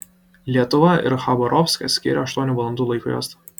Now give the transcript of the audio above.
lietuvą ir chabarovską skiria aštuonių valandų laiko juosta